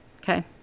Okay